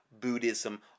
Buddhism